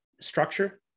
structure